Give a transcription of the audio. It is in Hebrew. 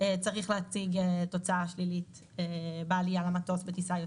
צריך להציג תוצאה שלילית בעלייה למטוס בטיסה יוצאת.